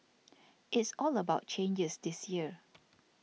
it's all about changes this year